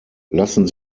lassen